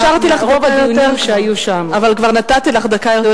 אפשרתי לך, אבל כבר נתתי לך דקה יותר.